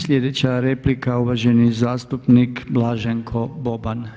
Slijedeća replika uvaženi zastupnik Blaženko Boban.